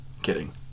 Kidding